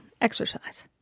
exercise